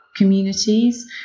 communities